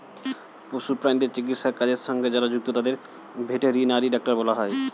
পশু প্রাণীদের চিকিৎসার কাজের সঙ্গে যারা যুক্ত তাদের ভেটেরিনারি ডাক্তার বলা হয়